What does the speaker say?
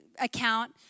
account